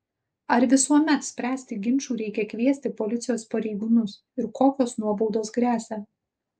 ar visuomet spręsti ginčų reikia kviesti policijos pareigūnus ir kokios nuobaudos gresia